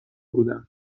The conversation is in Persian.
بودم